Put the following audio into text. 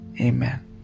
amen